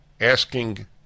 Asking